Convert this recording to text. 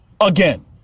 again